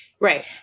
right